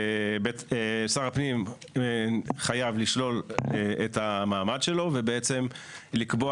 שר הפנים חייב לשלול את המעמד שלו ולקבוע